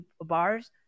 bars